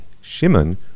Shimon